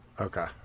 Okay